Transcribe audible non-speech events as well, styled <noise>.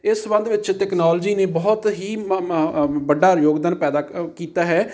ਇਸ ਸੰਬੰਧ ਵਿੱਚ ਤਕਨਾਲੋਜੀ ਨੇ ਬਹੁਤ ਹੀ <unintelligible> ਵੱਡਾ ਯੋਗਦਾਨ ਪੈਦਾ ਅ ਕੀਤਾ ਹੈ